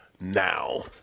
now